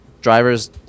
drivers